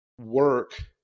work